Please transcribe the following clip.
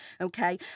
Okay